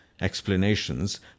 explanations